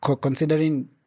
considering